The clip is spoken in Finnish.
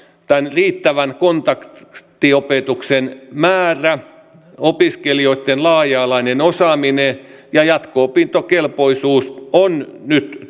riittävän kontaktiopetuksen määrä opiskelijoitten laaja alainen osaaminen ja jatko opintokelpoisuus on nyt